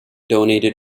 donated